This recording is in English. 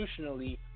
institutionally